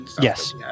Yes